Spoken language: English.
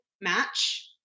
match